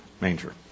manger